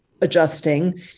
adjusting